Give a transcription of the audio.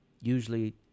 usually